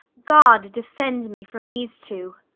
god defend me from these two!